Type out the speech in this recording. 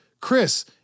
Chris